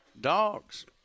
Dogs